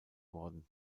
worden